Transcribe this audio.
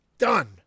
done